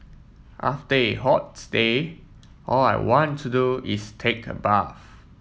after a day all I want to do is take a bath